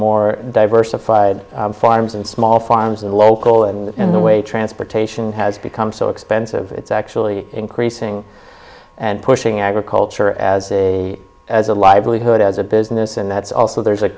more diversified farms and small farms and local and in the way transportation has become so expensive it's actually increasing and pushing agriculture as a as a livelihood as a business and that's also